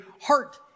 heart